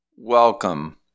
Welcome